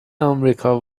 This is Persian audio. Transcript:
آمریکا